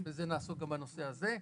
נעסוק גם בנושא הזה.